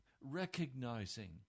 recognizing